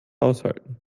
aushalten